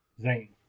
Zane